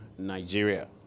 Nigeria